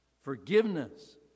Forgiveness